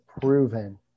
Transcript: proven